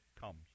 comes